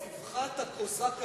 קוראים לזה "צווחת הקוזק הנגזל".